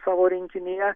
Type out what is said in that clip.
savo rinkinyje